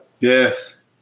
Yes